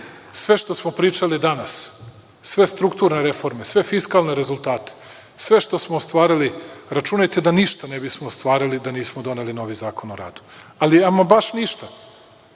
sve što smo pričali danas, sve strukturne reforme, sve fiskalne rezultate, sve što smo ostvarili, računajte da ništa ne bismo ostvarili da nismo doneli novi zakon o radu, ali ama baš ništa.